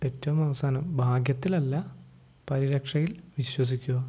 ഏറ്റവും അവസാനം ഭാഗ്യത്തിലല്ല പരിരക്ഷയിൽ വിശ്വസിക്കുക